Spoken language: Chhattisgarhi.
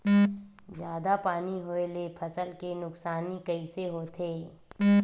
जादा पानी होए ले फसल के नुकसानी कइसे होथे?